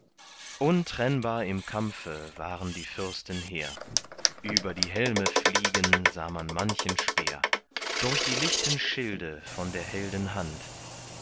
untrennbar im kampfe waren die fürsten hehr über die helme fliegen sah man manchen speer durch die lichten schilde von der helden hand